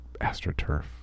AstroTurf